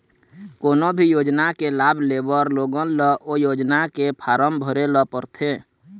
कोनो भी योजना के लाभ लेबर लोगन ल ओ योजना के फारम भरे ल परथे